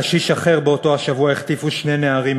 לקשיש אחר באותו השבוע החטיפו שני נערים